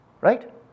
Right